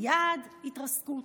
היעד, התרסקות,